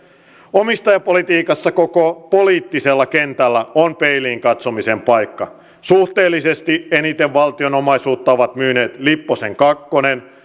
omistajapolitiikassa koko poliittisella kentällä on peiliin katsomisen paikka suhteellisesti eniten valtion omaisuutta ovat myyneet lipposen kakkonen